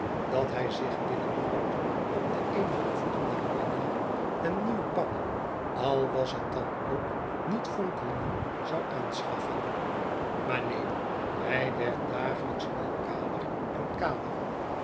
dat hij zich binnen kort op de eene of andere manier een nieuw pak al was het dan ook niet fonkelnieuw zou aanschaffen maar neen hij werd dagelijks al kaler en kaler